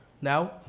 now